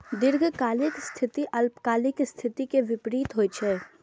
दीर्घकालिक स्थिति अल्पकालिक स्थिति के विपरीत होइ छै